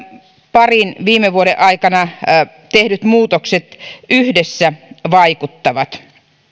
parin viime vuoden aikana tehdyt muutokset yhdessä vaikuttavat